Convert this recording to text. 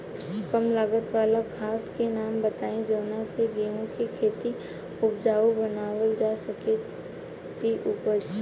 कम लागत वाला खाद के नाम बताई जवना से गेहूं के खेती उपजाऊ बनावल जा सके ती उपजा?